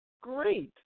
great